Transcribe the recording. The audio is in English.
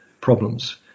problems